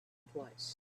twice